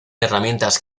herramientas